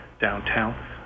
downtown